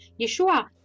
Yeshua